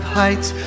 heights